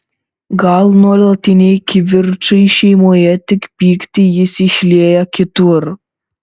gal nuolatiniai kivirčai šeimoje tik pyktį jis išlieja kitur